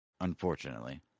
unfortunately